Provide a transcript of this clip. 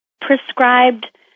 prescribed